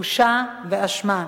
בושה ואשמה.